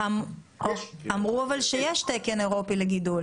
אבל אמרו שיש תקן אירופי לגידול.